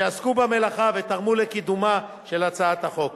שעסקו במלאכה ותרמו לקידומה של הצעת החוק.